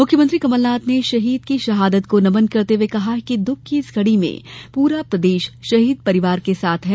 मुख्यमंत्री कमलनाथ ने शहीद अश्विनी काछी की शहादत को नमन करते हुये कहा कि दुख की इस घड़ी में पूरा प्रदेश शहीद परिवार के साथ है